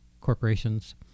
corporations